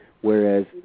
whereas